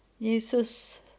Jesus